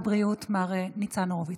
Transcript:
ישיב שר הבריאות מר ניצן הורוביץ.